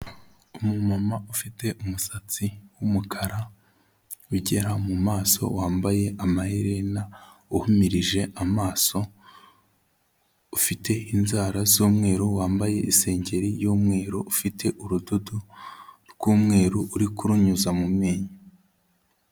Umumama ufite umusatsi w'umukara ugera mu maso wambaye amaherena uhumirije amaso, ufite inzara z'umweru, wambaye isengeri y'umweru, ufite urudodo rw'umweru uri kurunyuza mu menyo.